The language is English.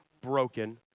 broken